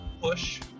push